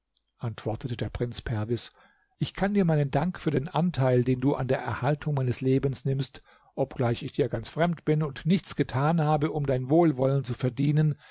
antwortete der prinz perwis ich kann dir meinen dank für den anteil den du an der erhaltung meines lebens nimmst obgleich ich dir ganz fremd bin und nichts getan habe um dein wohlwollen zu verdienen